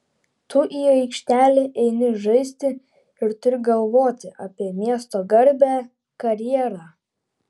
tu į aikštelę eini žaisti ir turi galvoti apie miesto garbę karjerą